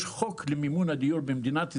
יש חוק למימון הדיור במדינת ישראל.